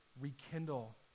rekindle